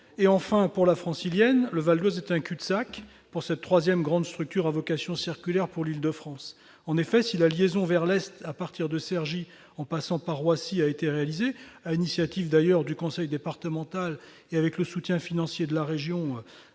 en permanence. Enfin, le Val-d'Oise est un cul-de-sac pour la troisième grande structure à vocation circulaire qu'est la Francilienne pour l'Île-de-France. En effet, si la liaison vers l'est, à partir de Cergy en passant par Roissy, a été réalisée, sur l'initiative, d'ailleurs, du conseil départemental et avec le soutien financier de la région-